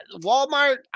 Walmart